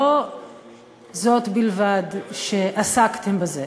לא זו בלבד שעסקתם בזה,